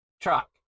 truck